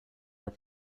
are